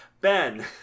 Ben